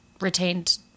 retained